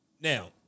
Now